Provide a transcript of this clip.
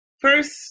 First